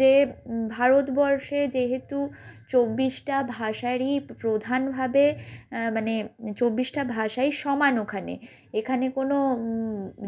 যে ভারতবর্ষে যেহেতু চব্বিশটা ভাষারই প্রধানভাবে মানে চব্বিশটা ভাষাই সমান ওখানে এখানে কোনো